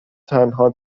تنها